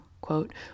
quote